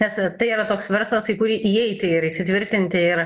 nes tai yra toks verslas į kurį įeiti ir įsitvirtinti ir